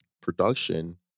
production